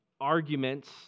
arguments